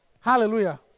Hallelujah